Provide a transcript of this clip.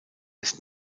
ist